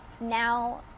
now